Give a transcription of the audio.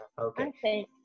Okay